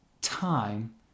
time